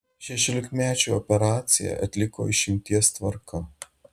šešiolikmečiui operaciją atliko išimties tvarka